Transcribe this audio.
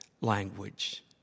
language